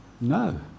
No